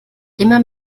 immer